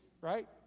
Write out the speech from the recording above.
right